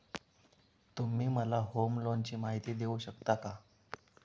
तुम्ही मला होम लोनची माहिती देऊ शकता का?